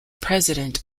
president